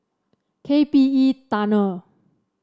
K P E Tunnel